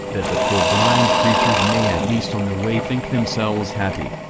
that the poor blind creatures may at least on the way think themselves happy.